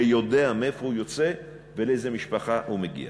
שיודע מאיפה הוא יוצא ולאיזו משפחה הוא מגיע.